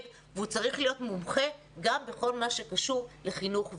והוא צריך להיות מומחה גם בכל מה שקשור לחינוך והוראה,